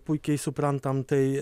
puikiai suprantam tai